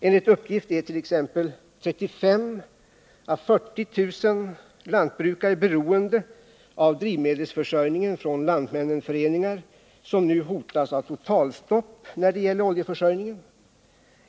Enligt uppgift är 35 000 å 40 000 lantbrukare beroende av drivmedelsförsörjningen från Lantmännenföreningar, som nu hotas av totalstopp när det gäller oljeförsörjningen.